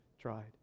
tried